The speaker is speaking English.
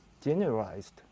generalized